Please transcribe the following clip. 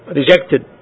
rejected